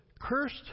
cursed